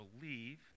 believe